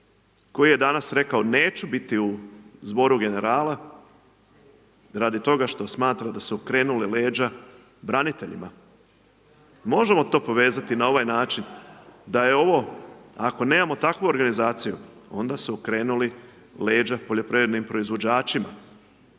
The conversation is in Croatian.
koji je danas rekao neću biti u Zboru generala radi toga smo smatra da su okrenuli leđa braniteljima. Možemo to povezati na ovaj način da je ovo ako nemamo takvu organizaciju onda su okrenuli leđa poljoprivrednim proizvođačima.